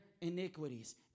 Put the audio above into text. iniquities